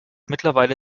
mittlerweile